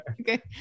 okay